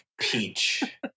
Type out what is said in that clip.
peach